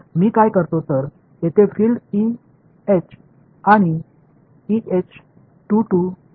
நான் செய்வது என்னவென்றால் இங்கே புலங்கள் E H மற்றும் E H 22 11